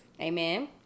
amen